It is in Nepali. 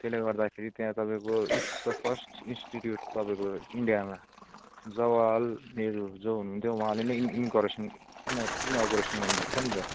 त्यसले गर्दाखेरि त्यहाँ तपाईँको इट्स द फर्स्ट इन्स्टिट्युट तपाईँको इन्डियामा जवाहरलाला नेहरू जो हुनुहुन्थ्यो उहाँले नै इन इन्करेसन इन इनागुरेसन गर्नु भएको थियो नि त